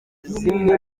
zimwe